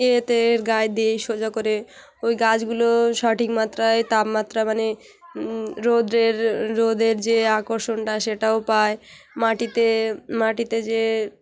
ইয়েতে গায়ে দিয়ে সোজা করে ওই গাছগুলো সঠিক মাত্রায় তাপমাত্রা মানে উল্লম্ব রৌদ্রের রোদের যে আকর্ষণটা সেটাও পায় মাটিতে মাটিতে যে